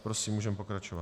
Prosím, můžeme pokračovat.